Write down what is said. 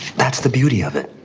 that's the beauty of it.